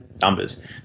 numbers